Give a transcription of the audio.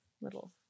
Little